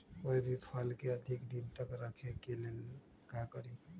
कोई भी फल के अधिक दिन तक रखे के ले ल का करी?